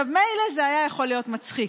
מילא, זה היה יכול להיות מצחיק,